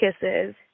kisses